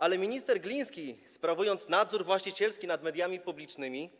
Ale minister Gliński, sprawując nadzór właścicielski nad mediami publicznymi,